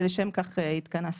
ולשם כך התכנסנו.